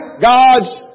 God's